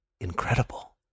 incredible